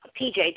PJ